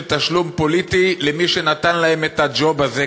תשלום פוליטי למי שנתן להם את הג'וב הזה,